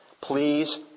Please